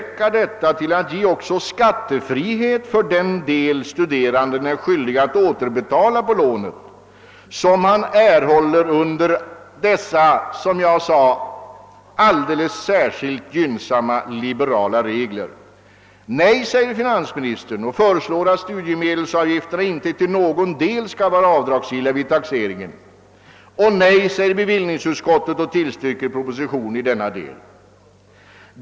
Skall det då också beviljas skattefrihet för den del av lånet som studeranden är skyldig att återbetala, vilket lån han som sagt erhåller på alldeles särskilt gynnsamma villkor? Finansministern säger nej och föreslår att studiemedelsavgifterna inte till någon del skall vara avdragsgilla vid taxeringen, och detsamma säger bevillningsutskottet och tillstyrker propositionen i detta stycke.